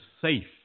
safe